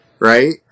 right